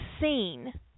scene